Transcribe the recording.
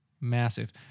massive